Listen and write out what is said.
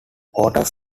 waters